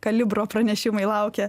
kalibro pranešimai laukia